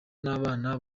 n’abana